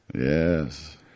Yes